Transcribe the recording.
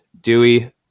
Dewey